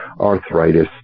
arthritis